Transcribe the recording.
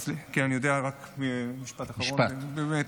כן, אני יודע, רק משפט אחרון, באמת.